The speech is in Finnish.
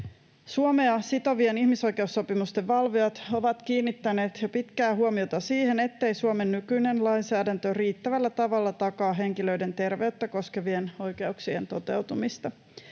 Suomea sitovien ihmisoikeussopimusten valvojat ovat kiinnittäneet jo pitkään huomiota siihen, ettei Suomen nykyinen lainsäädäntö riittävällä tavalla takaa henkilöiden terveyttä koskevien oikeuksien toteutumista.